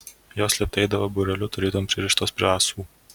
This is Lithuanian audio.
jos lėtai eidavo būreliu tarytum pririštos prie ąsų